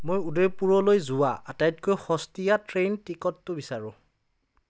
মই উদয়পুৰলৈ যোৱা আটাইতকৈ সস্তীয়া ট্ৰেইন টিকটটো বিচাৰোঁ